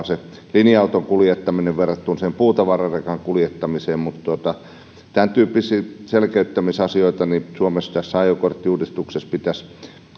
se linja auton kuljettaminen aika paljon helpompaa verrattuna sen puutavararekan kuljettamiseen tämän tyyppisiä selkeyttämisasioita suomessa tässä ajokorttiuudistuksessa pitäisi